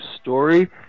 story